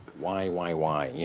why, why, why? yeah